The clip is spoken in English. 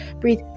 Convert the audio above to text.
breathe